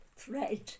thread